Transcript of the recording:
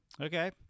Okay